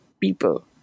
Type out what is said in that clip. people